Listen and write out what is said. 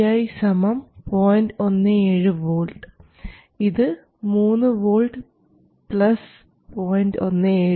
17 V ഇത് 3 V 0